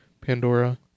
pandora